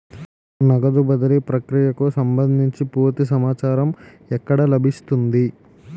నగదు బదిలీ ప్రక్రియకు సంభందించి పూర్తి సమాచారం ఎక్కడ లభిస్తుంది?